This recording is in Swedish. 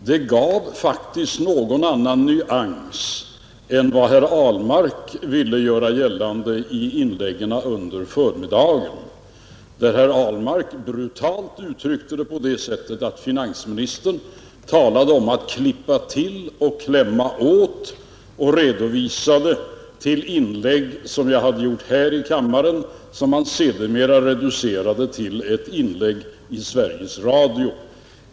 Det gav faktiskt någon annan nyans än vad herr Ahlmark ville göra gällande i inläggen under förmiddagen, då herr Ahlmark brutalt uttryckte det på det sättet att finansministern talade om att ”klippa till” och ”klämma åt” och hänvisade till inlägg som jag hade gjort här i kammaren, som han sedermera reducerade till ett inlägg i Sveriges Radio.